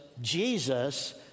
Jesus